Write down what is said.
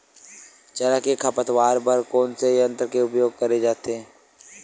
चना के खरपतवार बर कोन से यंत्र के उपयोग करे जाथे?